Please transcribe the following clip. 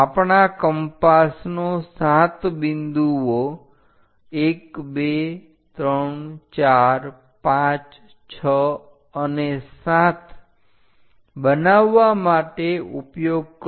આપણા કંપાસનો સાત બિંદુઓ 1 2 3 4 5 6 અને 7 બનાવવા માટે ઉપયોગ કરો